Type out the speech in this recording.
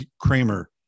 Kramer